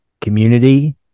community